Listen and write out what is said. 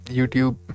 YouTube